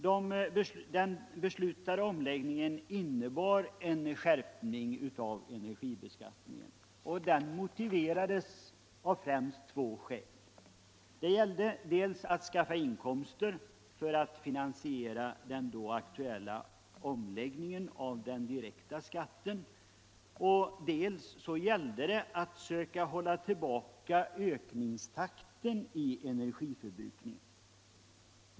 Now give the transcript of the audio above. Den beslutade omläggningen innebar en skärpning av energibeskattningen, och den motiverades av främst två skäl. Det gällde dels att skaffa inkomster för att finansiera den då aktuella sänkningen av den direkta skatten, dels att söka hålla tillbaka ökningstakten i energiförbrukningen.